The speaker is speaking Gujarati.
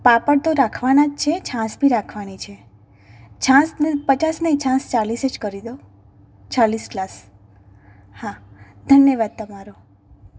પાપડ તો રાખવાના જ છે છાશ બી રાખવાની છે છાશ પચાસ નહીં છાશ ચાળીસ જ કરી દો ચાલીસ ગ્લાસ હા ધન્યવાદ તમારો